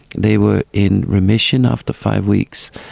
they were in remission after five weeks,